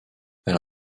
elle